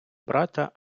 брата